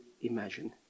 imagine